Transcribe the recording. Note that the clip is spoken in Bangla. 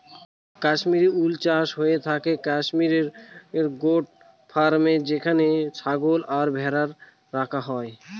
কাশ্মিরী উল চাষ হয়ে থাকে কাশ্মির গোট ফার্মে যেখানে ছাগল আর ভেড়া রাখা হয়